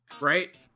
Right